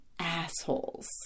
assholes